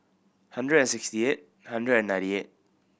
hundred and sixty eight hundred and ninety eight